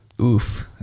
Oof